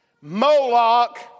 Moloch